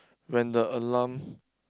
when the alarm